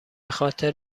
خاطر